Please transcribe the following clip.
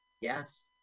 Yes